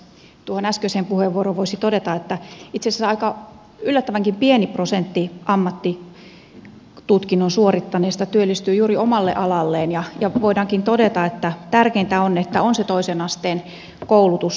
tuohon äskeiseen puheenvuoroon voisi todeta että itse asiassa aika yllättävänkin pieni prosentti ammattitutkinnon suorittaneista työllistyy juuri omalle alalleen ja voidaankin todeta että tärkeintä on että on se toisen asteen koulutus